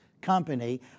company